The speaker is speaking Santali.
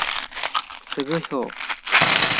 ᱥᱟᱹᱜᱟᱹᱭ ᱦᱚᱸ